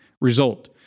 result